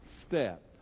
step